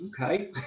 okay